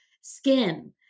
skin